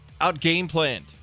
out-game-planned